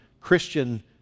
Christian